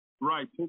Right